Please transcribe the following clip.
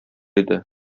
иде